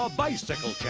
ah bicycle